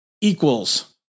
equals